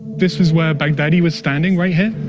this is where baghdadi was standing, right here?